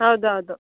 ಹೌದೌದು